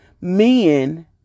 men